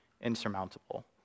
insurmountable